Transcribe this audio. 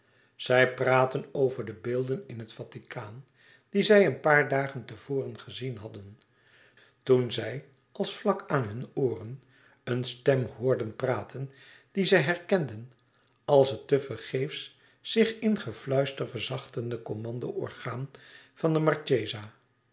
zij praatten over de beelden in het vaticaan die zij een paar dagen te voren gezien hadden toen zij als vlak aan hun ooren een stem hoorden praten die zij herkenden als het te vergeefs zich in gefluister verzachtende commando orgaan van de